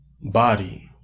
body